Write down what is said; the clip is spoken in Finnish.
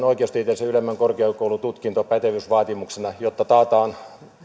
oikeustieteellisen ylemmän korkeakoulututkinnon pätevyys vaatimuksena jotta taataan